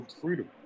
Freedom